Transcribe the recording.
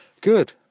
Good